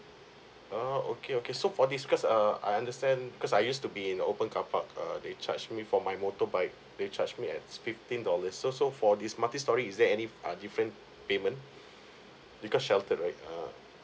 oh okay okay so for this because uh I understand because I used to be in open car park uh they charge me for my motorbike they charge me at fifteen dollars so so for this multi storey is there any ah different payment because sheltered right ah